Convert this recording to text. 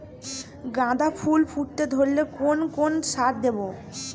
গাদা ফুল ফুটতে ধরলে কোন কোন সার দেব?